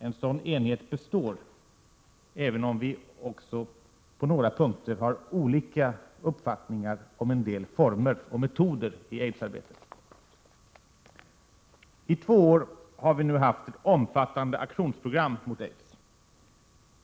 En sådan enighet består, även om vi på några punkter har olika uppfattningar om en del former och metoder i aidsarbetet. I två år har vi nu haft ett omfattande aktionsprogram mot aids.